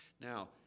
Now